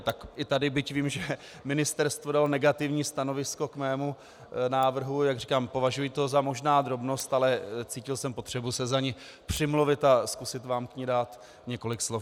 Tak i tady, byť vím, že ministerstvo dalo negativní stanovisko k mému návrhu, jak říkám, považuji to možná za drobnost, ale cítil jsem potřebu se za ni přimluvit a zkusit vám k ní dát několik slov.